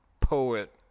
poet